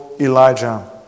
Elijah